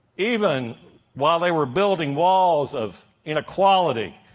even while they were building walls of inequality,